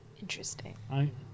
Interesting